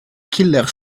killer